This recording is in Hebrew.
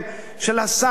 של הסנקציות,